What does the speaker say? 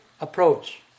approach